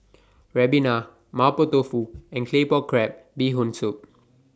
Ribena Mapo Tofu and Claypot Crab Bee Hoon Soup